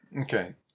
okay